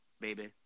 baby